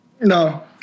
No